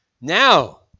Now